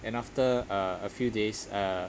and after uh a few days uh